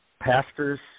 Pastors